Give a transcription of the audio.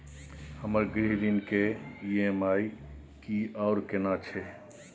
हमर गृह ऋण के ई.एम.आई की आर केना छै?